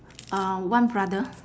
uh one brother